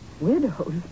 Widows